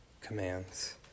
commands